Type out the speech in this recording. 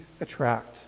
attract